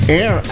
air